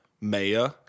Maya